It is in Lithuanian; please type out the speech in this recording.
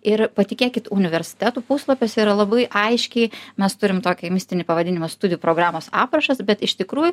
ir patikėkit universitetų puslapiuos yra labai aiškiai mes turim tokį mistinį pavadinimą studijų programos aprašas bet iš tikrų